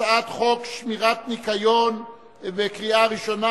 התשע"א 2010, עברה בקריאה ראשונה